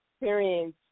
experience